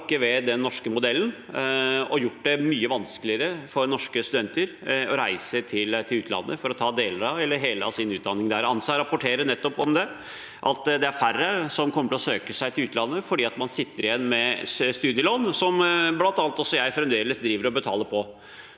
å rokke ved den norske modellen og har gjort det mye vanskeligere for norske studenter å reise til utlandet for å ta deler av eller hele sin utdanning der. ANSA rapporterer om at det er færre som kommer til å søke seg til utlandet, fordi man sitter igjen med et studielån, som bl.a. også jeg fremdeles driver og betaler på.